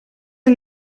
een